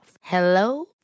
Hello